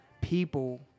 people